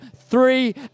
three